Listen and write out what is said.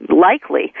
likely